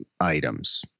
items